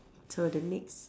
so the next